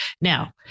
now